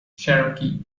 cherokee